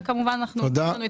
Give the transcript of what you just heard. וכמובן אנחנו עשינו את התיקון.